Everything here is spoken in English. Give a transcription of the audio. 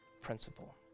principle